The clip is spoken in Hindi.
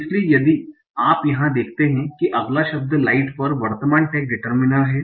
इसलिए यदि आप यहां देखते हैं कि अगला शब्द लाइट पर वर्तमान टैग डिटरमिनर है